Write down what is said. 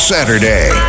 Saturday